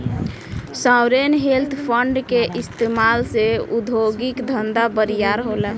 sovereign wealth fund के इस्तमाल से उद्योगिक धंधा बरियार होला